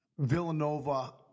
Villanova